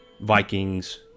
Vikings